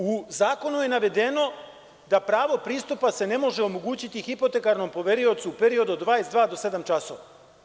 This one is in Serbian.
U zakonu je navedeno da se pravo pristupa ne može omogućiti hipotekarnom poveriocu u periodu od 22.00 do 07.00 časova.